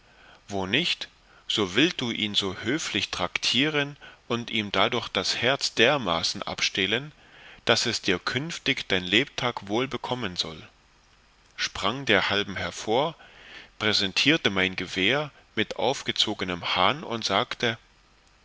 wo nicht so wiltu ihn so höflich traktieren und ihm dadurch das herz dermaßen abstehlen daß es dir künftig dein lebtag wohl bekommen soll sprang derhalben hervor präsentierte mein gewehr mit aufgezogenem hahn und sagte